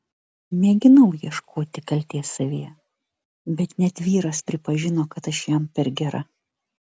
mėginau ieškoti kaltės savyje bet net vyras pripažino kad aš jam per gera